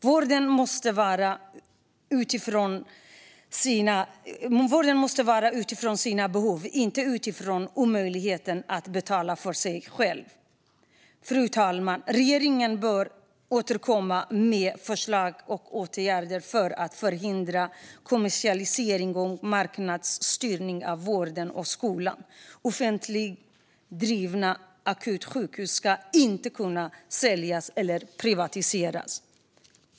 Vården måste ges utifrån behov, inte utifrån möjligheten att betala för sig. Fru talman! Regeringen bör återkomma med förslag och åtgärder för att förhindra kommersialisering och marknadsstyrning av vården och skolan. Offentligt drivna akutsjukhus ska inte kunna säljas eller privatiseras.